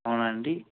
అవునాండి